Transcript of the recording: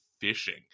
fishing